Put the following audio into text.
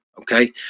okay